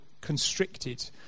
constricted